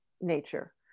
nature